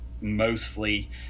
mostly